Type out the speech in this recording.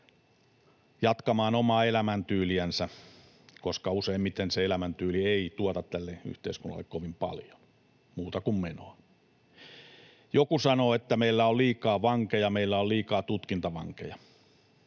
jatkamaan omaa elämäntyyliänsä, koska useimmiten se elämäntyyli ei tuota tälle yhteiskunnalle kovin paljon muuta kuin menoa. Joku sanoo, että meillä on liikaa vankeja ja meillä on liikaa tutkintavankeja.